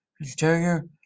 Interior